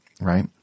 right